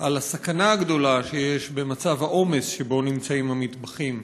על הסכנה הגדולה שיש במצב העומס שבו נמצאים המתמחים.